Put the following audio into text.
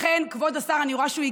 לכן, כבוד השר,